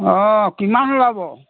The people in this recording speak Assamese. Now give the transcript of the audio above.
অঁ কিমান ওলাব